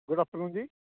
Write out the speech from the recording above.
good afternoon ਜੀ